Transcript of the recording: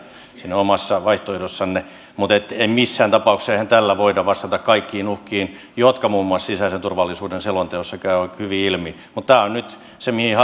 omassa vaihtoehdossanne mutta eihän tällä missään tapauksessa voida vastata kaikkiin uhkiin jotka muun muassa sisäisen turvallisuuden selonteossa käyvät hyvin ilmi mutta tämä on nyt se mihin